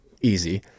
Easy